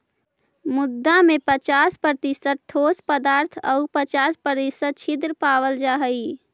मृदा में पच्चास प्रतिशत ठोस पदार्थ आउ पच्चास प्रतिशत छिद्र पावल जा हइ